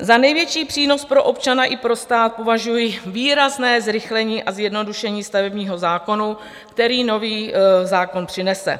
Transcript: Za největší přínos pro občana i pro stát považuji výrazné zrychlení a zjednodušení stavebního řízení, které nový stavební zákon přinese.